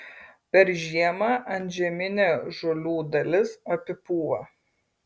per žiemą antžeminė žolių dalis apipūva